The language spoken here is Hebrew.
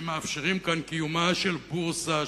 שמאפשרים כאן קיומה של בורסה,